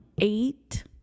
eight